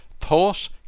thought